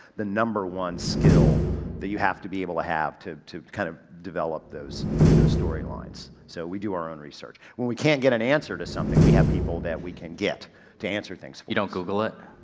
the number one skill that you have to be able to have to, to kind of develop those, those story lines. so we do our own research. when we can't get an answer to something, we have people that we can get to answer things. jeff freburg you don't google it?